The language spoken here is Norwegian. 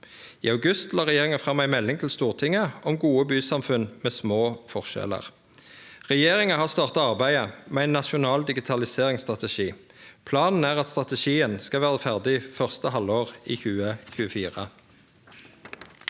I august la regjeringa fram ei melding til Stortinget om gode bysamfunn med små forskjellar. Regjeringa har starta arbeidet med ein nasjonal digitaliseringsstrategi. Planen er at strategien skal vere ferdig første halvår i 2024.